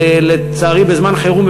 לצערי בזמן חירום,